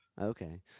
Okay